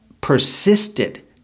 persisted